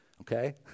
okay